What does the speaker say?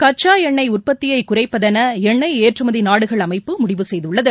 கச்சாஎண்ணெய் உற்பத்தியைகுறைப்பதெனஎண்ணெய் ஏற்றுமதிநாடுகள் அமைப்பு முடிவு செய்துள்ளது